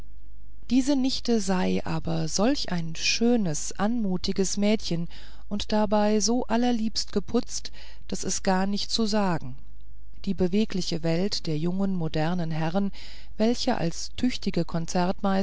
diese nichte sei aber solch ein schönes anmutiges mädchen und dabei so allerliebst geputzt daß es gar nicht zu sagen die bewegliche welt der jungen modernen herren welche als tüchtige